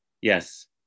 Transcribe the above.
Yes